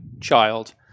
child